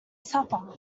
supper